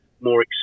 More